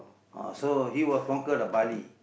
ah so he was conquer the Bali